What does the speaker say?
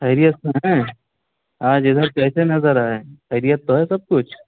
خیریت سے ہیں آج ادھر کیسے نظر آئے خیریت تو ہے سب کچھ